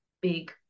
big